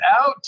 out